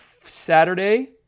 Saturday